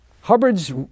Hubbard's